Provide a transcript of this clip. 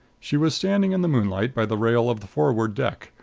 she was standing in the moonlight by the rail of the forward deck,